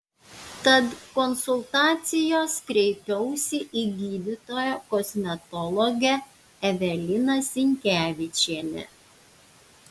tad konsultacijos kreipiausi į gydytoją kosmetologę eveliną sinkevičienę